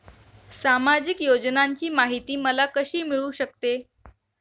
सामाजिक योजनांची माहिती मला कशी मिळू शकते?